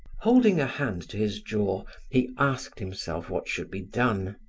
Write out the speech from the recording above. holding a hand to his jaw, he asked himself what should be done.